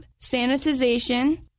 sanitization